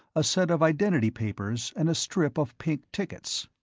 a set of identity papers and a strip of pink tickets.